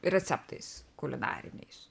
receptais kulinariniais